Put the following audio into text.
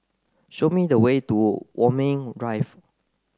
show me the way to Walmer Drive